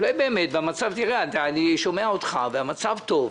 אולי באמת, אני שומע אותך והמצב טוב.